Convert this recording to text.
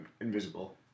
invisible